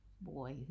boy